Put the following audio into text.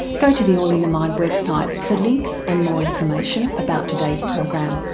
go to the all in the mind website for links and more information about today's program.